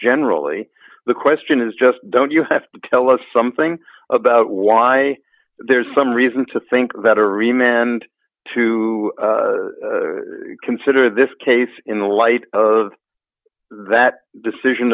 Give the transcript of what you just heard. generally the question is just don't you have to tell us something about why there's some reason to think that a rematch and to consider this case in the light of that decision